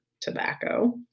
Tobacco